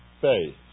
faith